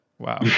Wow